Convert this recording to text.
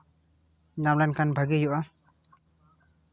ᱧᱟᱢ ᱞᱮᱱᱠᱷᱟᱱ ᱵᱷᱟᱜᱮ ᱦᱩᱭᱩᱜᱼᱟ